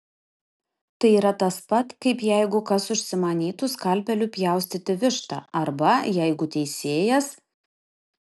tai yra tas pat kaip jeigu kas užsimanytų skalpeliu pjaustyti vištą arba jeigu teisėjas